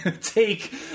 take